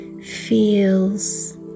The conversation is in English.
feels